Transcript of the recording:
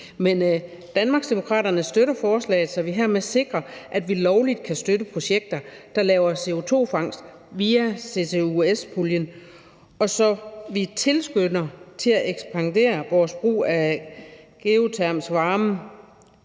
Men Danmarksdemokraterne støtter forslaget, så vi hermed sikrer, at vi lovligt kan støtte projekter, der laver CO2-fangst via ccus-puljen, og så vi tilskynder til at ekspandere vores brug af geotermisk varme,